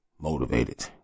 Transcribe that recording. motivated